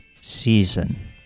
season